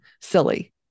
silly